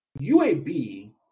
UAB